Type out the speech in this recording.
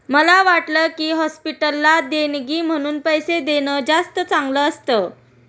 मला वाटतं की, हॉस्पिटलला देणगी म्हणून पैसे देणं जास्त चांगलं असतं